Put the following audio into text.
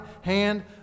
hand